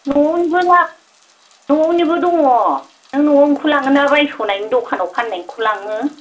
न'निबो दङ नों न'निखौ लाङोना बायस'नायनि दखानाव फाननायनिखौ लाङो